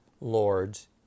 lords